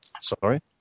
Sorry